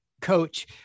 coach